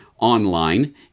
online